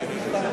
חוק